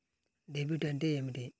Debit అంటే ఏమిటి?